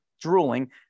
drooling